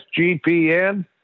SGPN